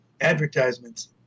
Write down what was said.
advertisements